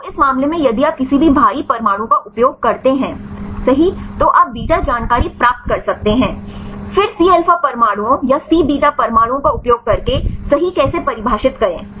तो इस मामले में यदि आप किसी भी भारी परमाणु का उपयोग करते हैं सही तो आप बीटा जानकारी प्राप्त कर सकते हैं फिर सी अल्फ़ा परमाणुओं या सी बीटा परमाणुओं का उपयोग करके सही कैसे परिभाषित करें